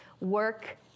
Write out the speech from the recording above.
work